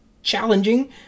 challenging